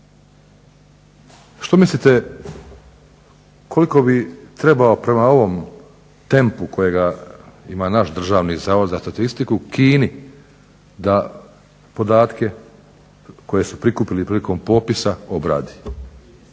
Što mislite koliko bi trebao prema ovom tempu kojega ima naš Državni zavod za statistiku, Kini da podatke koje su prikupili prilikom popisa obradi?